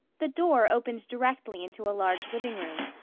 the door opened directly into a large living-room,